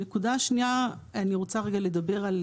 הנקודה השנייה, אני רוצה רגע לדבר על